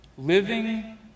Living